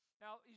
Now